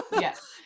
Yes